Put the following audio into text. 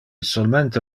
solmente